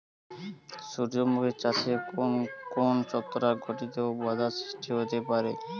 সূর্যমুখী চাষে কোন কোন ছত্রাক ঘটিত বাধা সৃষ্টি হতে পারে?